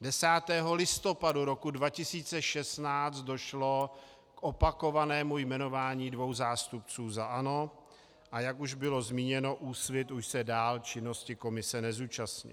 10. listopadu roku 2016 došlo k opakovanému jmenování dvou zástupců za ANO, a jak už bylo zmíněno, Úsvit už se dál činnosti komise neúčastnil.